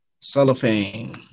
Cellophane